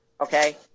Okay